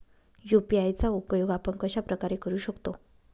UPI चा उपयोग आपण कशाप्रकारे करु शकतो?